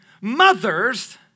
mothers